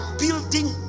building